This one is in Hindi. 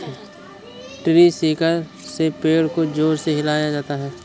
ट्री शेकर से पेड़ को जोर से हिलाया जाता है